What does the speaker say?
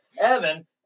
Evan –